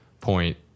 point